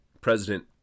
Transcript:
President